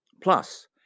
Plus